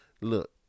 look